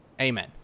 Amen